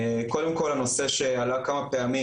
קודם כל הנושא שעלה כמה פעמים,